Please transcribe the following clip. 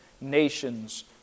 nations